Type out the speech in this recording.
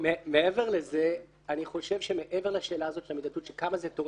אני חושב שמעבר לשאלות האלה של מידתיות וכמה זה תורם